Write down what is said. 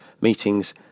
meetings